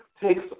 takes